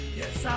yes